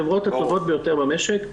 החברות הטובות ביותר במשק,